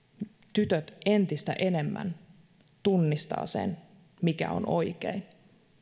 tytöt entistä enemmän tunnistavat mikä on oikein